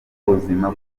buzima